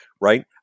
right